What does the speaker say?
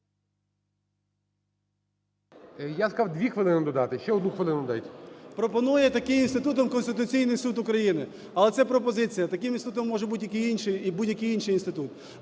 Я сказав, 2 хвилини додати. Ще 1 хвилину додайте. КНЯЗЕВИЧ Р.П. Пропонує таким інститутом Конституційний Суд України. Але це пропозиція. Таким інститутом може бути будь-який інший інститут.